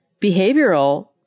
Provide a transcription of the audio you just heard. behavioral